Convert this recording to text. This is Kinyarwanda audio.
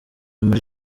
muri